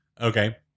Okay